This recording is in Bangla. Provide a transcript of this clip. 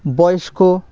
বয়স্ক